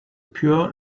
pure